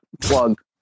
Plug